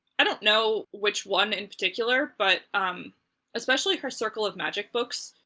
i don't know which one in particular, but especially her circle of magic books,